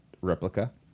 replica